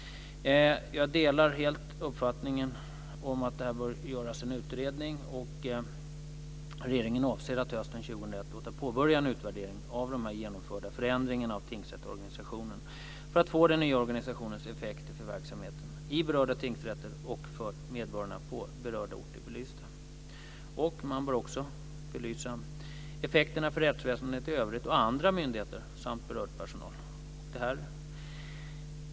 Jag delar helt uppfattningen att det bör göras en utredning. Regeringen avser att hösten 2001 låta påbörja en utvärdering av de genomförda förändringarna av tingsrättsorganisationen för att få den nya organisationens effekter för verksamheten i berörda tingsrätter och för medborgarna på berörda orter belysta. Man bör också belysa effekterna för rättsväsendet i övrigt och andra myndigheter samt berörd personal.